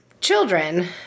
children